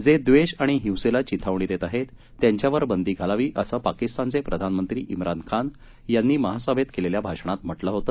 जे द्वेष आणि हिंसेला चिथावणी देत आहेत त्यांच्यावर बंदी घालावी असं पाकिस्तानचे प्रधानमंत्री मिान खान यांनी महासभेत केलेल्या भाषणात म्हटलं होत